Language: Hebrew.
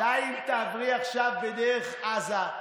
גם אם תעברי עכשיו בדרך עזה,